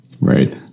Right